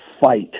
fight